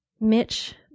Mitch